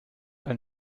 ein